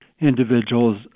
individuals